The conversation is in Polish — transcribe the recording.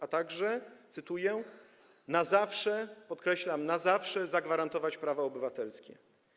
A także, cytuję: na zawsze - podkreślam - na zawsze zagwarantować prawa obywatelskie.